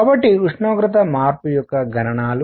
కాబట్టి ఉష్ణోగ్రత మార్పు యొక్క గణనాలు